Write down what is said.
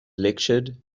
lectured